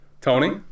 Tony